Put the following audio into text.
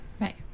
Right